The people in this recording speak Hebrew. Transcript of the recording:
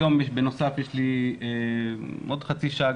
היום בעוד כחצי שעה,